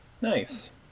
Nice